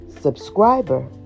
subscriber